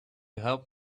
help